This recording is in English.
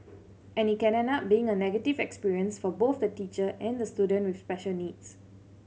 and it can end up being a negative experience for both the teacher and the student with special needs